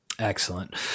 Excellent